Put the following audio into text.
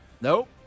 Nope